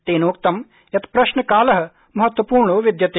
तेनोक्त यत् प्रश्नहोरा महत्वपूर्णो विद्यते